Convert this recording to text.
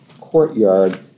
courtyard